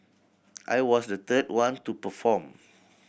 I was the third one to perform